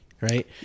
Right